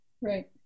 Right